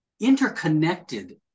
interconnected